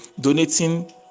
donating